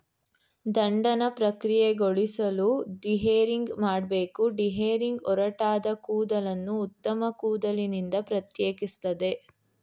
ದಂಡನ ಪ್ರಕ್ರಿಯೆಗೊಳಿಸಲು ಡಿಹೇರಿಂಗ್ ಮಾಡ್ಬೇಕು ಡಿಹೇರಿಂಗ್ ಒರಟಾದ ಕೂದಲನ್ನು ಉತ್ತಮ ಕೂದಲಿನಿಂದ ಪ್ರತ್ಯೇಕಿಸ್ತದೆ